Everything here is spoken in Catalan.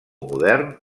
modern